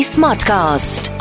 Smartcast